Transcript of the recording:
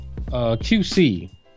QC